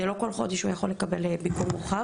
לא כל חודש הוא יכול ביקור מורחב.